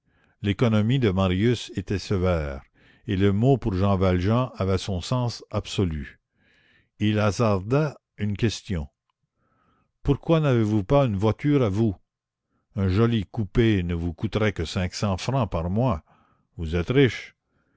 l'économie de marius était sévère et le mot pour jean valjean avait son sens absolu il hasarda une question pourquoi n'avez-vous pas une voiture à vous un joli coupé ne vous coûterait que cinq cents francs par mois vous êtes riches